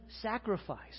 sacrifice